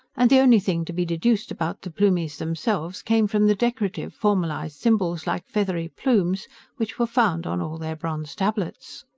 and the only thing to be deduced about the plumies themselves came from the decorative, formalized symbols like feathery plumes which were found on all their bronze tablets.